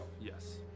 yes